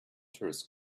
tourist